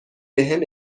بهم